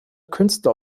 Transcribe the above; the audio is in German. künstler